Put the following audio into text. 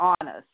honest